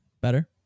Better